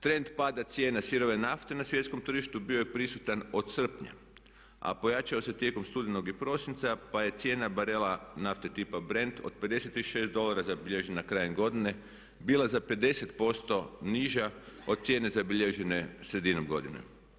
Trend pada cijene sirove nafte na svjetskom tržištu bio je prisutan od srpnja, a pojačao se tijekom studenog i prosinca, pa je cijena barela nafte tipa brend od 56 dolara zabilježena krajem godine bila za 50% niža od cijene zabilježene sredinom godine.